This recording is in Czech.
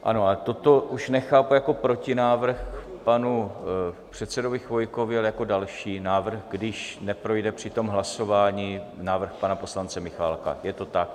Ano, ale toto už nechápu jako protinávrh k panu předsedovi Chvojkovi, ale jako další návrh, když neprojde při hlasování návrh pana poslance Michálka, Je to tak?